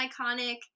iconic